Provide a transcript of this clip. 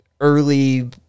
early